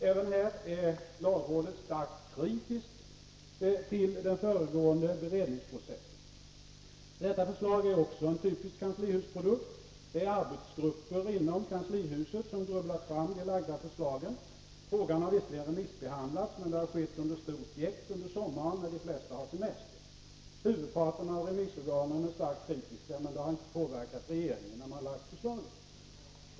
Även här är lagrådet starkt kritiskt till den föregående beredningsprocessen. Detta förslag är också en typisk kanslihusprodukt. Det är arbetsgrupper inom kanslihuset som grubblat fram de lagda förslagen. Frågan har visserligen remissbehandlats, men det har skett under stort jäkt under sommaren när de flesta har semester. Huvudparten av remissorganen är starkt kritiska, men det har inte påverkat regeringen när man lagt förslaget.